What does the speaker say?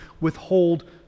withhold